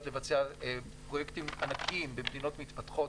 לבצע פרויקטים ענקיים במדינות מתפתחות,